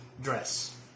dress